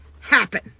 happen